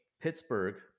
Pittsburgh